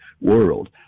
world